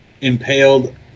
Impaled